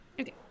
Okay